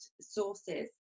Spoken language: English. sources